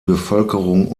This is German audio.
bevölkerung